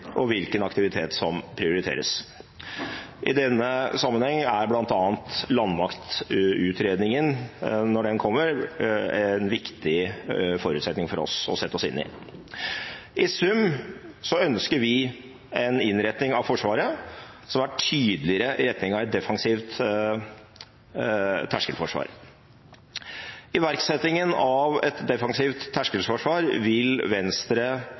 og hvilken aktivitet som prioriteres. I denne sammenheng er bl.a. landmaktutredningen, når den kommer, en viktig forutsetning for oss å sette oss inn i. I sum ønsker vi en innretning av Forsvaret som går tydeligere i retning av et defensivt terskelforsvar. Iverksettingen av et defensivt terskelforsvar vil